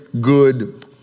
good